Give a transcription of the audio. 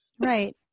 Right